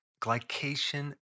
glycation